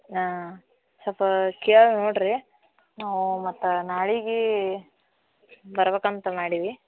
ಹಾಂ ಸ್ವಲ್ಪ ಕೇಳಿ ನೋಡಿರಿ ನಾವು ಮತ್ತೆ ನಾಳೆಗೆ ಬರ್ಬೇಕಂತ ಮಾಡೀವಿ